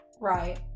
Right